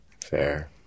Fair